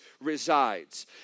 resides